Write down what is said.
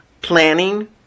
planning